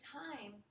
time